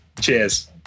cheers